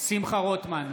שמחה רוטמן,